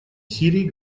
сирии